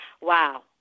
wow